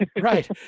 Right